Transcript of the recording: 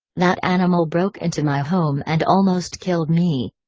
that animal broke into my home and almost killed me.